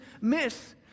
miss